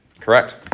Correct